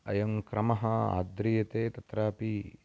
अयं क्रमः आद्रीयते तत्रापि